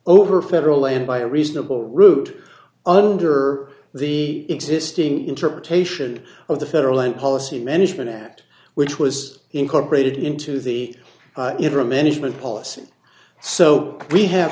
over federal land by a reasonable route under the existing interpretation of the federal and policy management which was incorporated into the interim management policy so we have